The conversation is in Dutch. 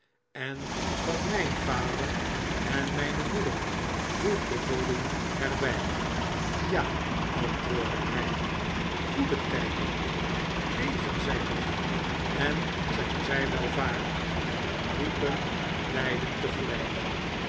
en van mijn vader en mijne'moeder voegde dolly er by ja antwoordde hij goede tijding leven zi nog en zijn zij welvarend riepen beiden